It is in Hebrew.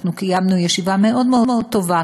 קיימנו ישיבה מאוד מאוד טובה